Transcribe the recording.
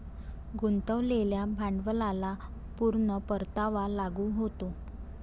गुंतवलेल्या भांडवलाला पूर्ण परतावा लागू होतो